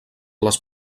les